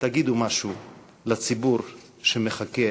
תגידו משהו לציבור שמחכה